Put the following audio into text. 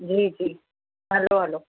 जी जी हलो हलो